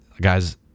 guys